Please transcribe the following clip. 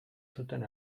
zuten